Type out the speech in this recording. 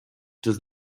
does